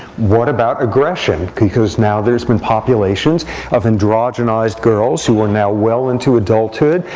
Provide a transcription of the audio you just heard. what about aggression? because now there's been populations of androgenized girls who are now well into adulthood.